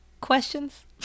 questions